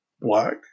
black